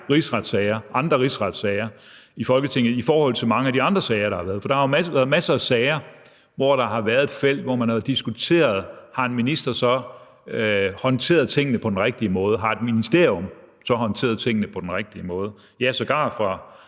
rigsretssager, andre rigsretssager, i Folketinget i forhold til mange af de andre sager, der har været. For der har jo været masser af sager, hvor der har været et felt, hvor man har diskuteret, om en minister har håndteret tingene på den rigtige måde, og om et ministerium har håndteret tingene på den rigtige måde – ja, sågar fra